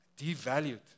Devalued